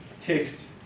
text